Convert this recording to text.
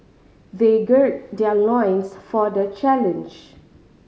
they gird their loins for the challenge